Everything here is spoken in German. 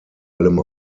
allem